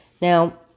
Now